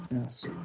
Yes